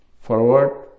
forward